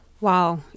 Wow